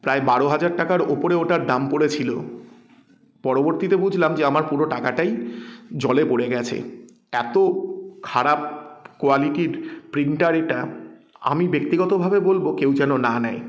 প্রায় বারো হাজার টাকার ওপরে ওটার দাম পড়েছিলো পরবর্তীতে বুঝলাম যে আমার পুরো টাকাটাই জলে পড়ে গেছে এতো খারাপ কোয়ালিটির প্রিন্টার এটা আমি ব্যক্তিগতভাবে বলবো কেউ যেন না নেয়